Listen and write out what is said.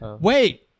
Wait